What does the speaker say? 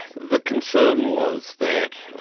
the concern was that